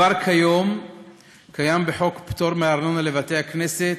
כבר כיום קיים בחוק פטור מארנונה לבתי-כנסת,